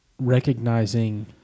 recognizing